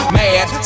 mad